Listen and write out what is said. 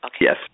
Yes